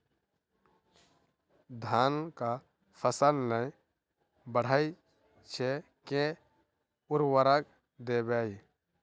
धान कऽ फसल नै बढ़य छै केँ उर्वरक देबै?